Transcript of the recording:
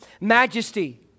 Majesty